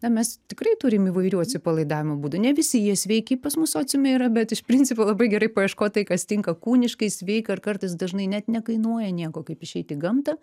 na mes tikrai turim įvairių atsipalaidavimo būdų ne visi jie sveiki pas mus sociume yra bet iš principo labai gerai paieškot tai kas tinka kūniškai sveika ir kartais dažnai net nekainuoja nieko kaip išeit į gamtą